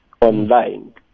online